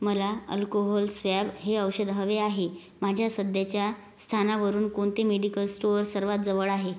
मला alcohol swab हे औषध हवे आहे माझ्या सध्याच्या स्थानावरून कोणते मेडिकल स्टोअर सर्वात जवळ आहे